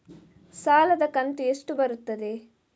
ಸಾಲದ ಕಂತು ಎಷ್ಟು ಬರುತ್ತದೆ?